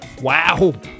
Wow